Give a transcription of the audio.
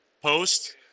post